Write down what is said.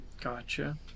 Gotcha